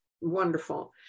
wonderful